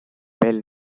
bell